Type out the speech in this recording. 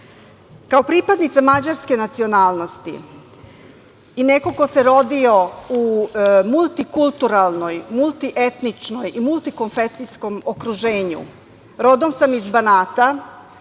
pripadnica mađarske nacionalnosti i neko ko se rodio u multikulturalnoj, multietničkoj i multikonfecijskom okruženju, rodom sam iz Banata,